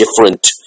different